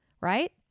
right